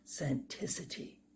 authenticity